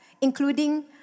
including